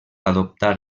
adoptar